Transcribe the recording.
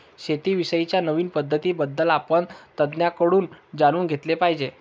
शेती विषयी च्या नवीन पद्धतीं बद्दल आपण तज्ञांकडून जाणून घेतले पाहिजे